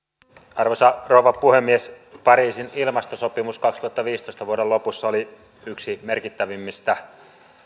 arvoisa rouva puhemies pariisin ilmastosopimus vuoden kaksituhattaviisitoista lopussa oli yksi merkittävimmistä